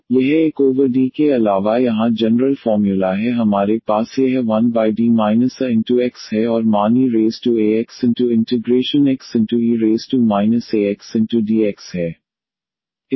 तो यह 1 over D के अलावा यहाँ जनरल फॉर्म्युला है हमारे पास यह 1D aX है और मान eaxXe axdx है